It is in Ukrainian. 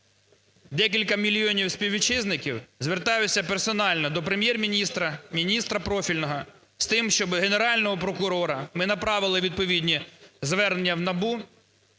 декілька мільйонів співвітчизників, звертаюся персонального до Прем'єр-міністра, міністра профільного з тим, щоб… Генерального прокурора, ми направили відповідні звернення в НАБУ,